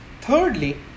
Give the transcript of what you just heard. thirdly